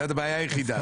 זאת הבעיה היחידה.